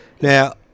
now